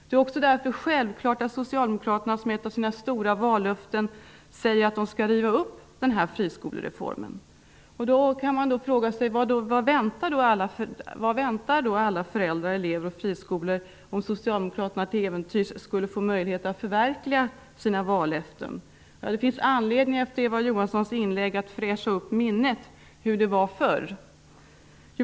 Därför är det också självklart att Socialdemokraterna som ett av sina stora vallöften säger att friskolereformen skall rivas upp. Man kan då fråga sig vad som väntar alla föräldrar, elever och friskolor om Socialdemokraterna till äventyrs skulle få möjlighet att förverkliga sina vallöften. Efter att ha hört Eva Johanssons inlägg finns det anledning att fräscha upp minnet och berätta hur det var förr.